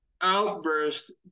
outburst